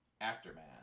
Aftermath